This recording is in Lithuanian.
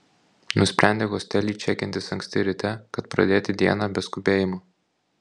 nusprendė hostely čekintis anksti ryte kad pradėti dieną be skubėjimo